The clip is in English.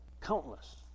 countless